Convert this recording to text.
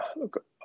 Look